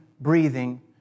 breathing